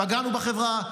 פגענו בחברה,